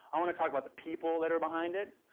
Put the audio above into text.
i want to talk about the people that are behind it.